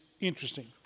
interesting